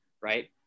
right